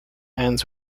ends